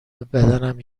بدنم